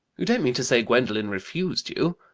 you don't mean to say gwendolen refused you?